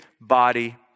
body